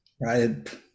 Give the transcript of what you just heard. right